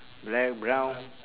black brown